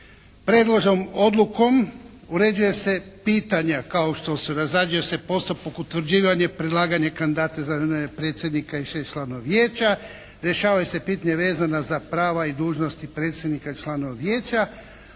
Predloženom odlukom uređuje se pitanje kao što su, razrađuje se postupak utvrđivanje, predlaganje kandidata …/Govornik se ne razumije./… predsjednika i 6 članova vijeća, rješavaju se pitanja vezana za prava i dužnosti predsjednika i članova vijeća,